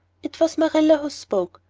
it was marilla who spoke,